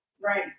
Right